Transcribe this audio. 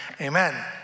amen